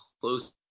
close